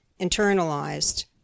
internalized